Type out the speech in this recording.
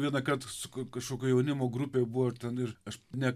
vieną kart su kažkokio jaunimo grupėj buvo ar ten ir aš ne